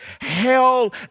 hell